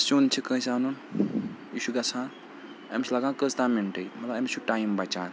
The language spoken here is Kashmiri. سیُن چھُ کٲنٛسہِ اَنُن یہِ چھُ گژھان أمِس لگان کٔژتام مِنٹٕے مطلب أمِس چھُ ٹایم بَچان